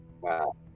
Wow